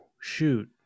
shoot